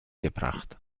gebracht